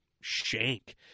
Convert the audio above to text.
shank